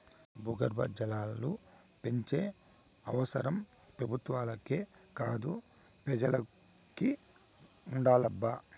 భూగర్భ జలాలు పెంచే అవసరం పెబుత్వాలకే కాదు పెజలకి ఉండాలబ్బా